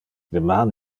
deman